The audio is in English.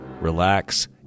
relax